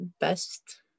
best